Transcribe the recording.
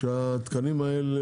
שהתקנים האלה,